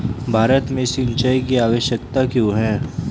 भारत में सिंचाई की आवश्यकता क्यों है?